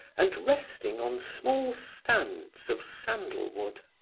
and resting on small stands of sandal wood.